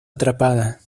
atrapada